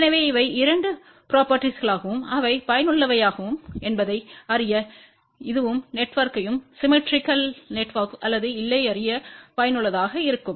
எனவே இவை இரண்டு ப்ரொபேர்ட்டிகளாகும் அவை பயனுள்ளவையா என்பதை அறிய இதுவும் நெட்ஒர்க்யம் சிம்மெட்ரிக்கல் அல்லது இல்லை அறிய பயனுள்ளதாக இருக்கும்